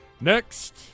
Next